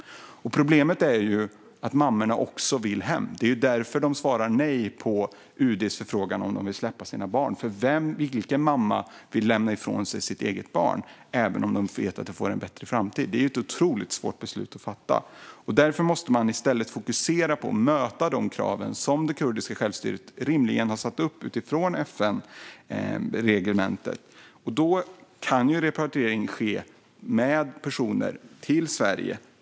Problemet är ju att mammorna också vill hem. Det är därför de svarar nej på UD:s förfrågan om de vill släppa sina barn. Vilken mamma vill lämna ifrån sig sitt eget barn, även om hon vet att barnet får en bättre framtid? Det är ett otroligt svårt beslut att fatta. Därför måste man i stället fokusera på att möta de krav som det kurdiska självstyret rimligen har satt upp utifrån FN-reglementet. Då kan repatriering ske av personer till Sverige.